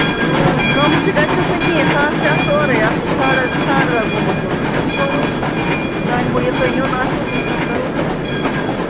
کَم تہِ گژھیٚس نا کیٚنٛہہ ساس چھُ اتھ اوٗرے اتھ چھُ ساڑرا ساڑرا گوٚمُت مان وُچھَو وۅنۍ چانہِ موٗجوٗب ییٚلہِ تُہۍ نِیُن آسوٕ تمہِ ساتہٕ کرہوس پَتہٕ کیٚنٛہہ کم زیادٕ